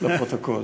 לפרוטוקול.